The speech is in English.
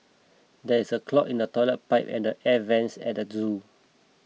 there is a clog in the Toilet Pipe and the Air Vents at the zoo